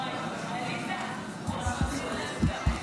חברי הכנסת,